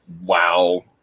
wow